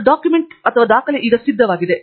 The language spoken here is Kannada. ಮತ್ತು ಡಾಕ್ಯುಮೆಂಟ್ ಈಗ ಸಿದ್ಧವಾಗಿದೆ